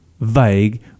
vague